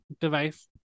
device